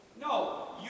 No